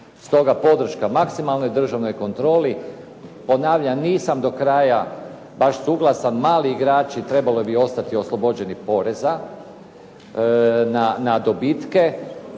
Stoga podrška, maksimalnoj državnoj kontroli. Ponavljam, nisam do kraja baš suglasan. Mali igrači trebali bi ostati oslobođeni poreza na dobitke,